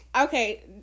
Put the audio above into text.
Okay